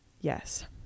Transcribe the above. Yes